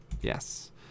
Yes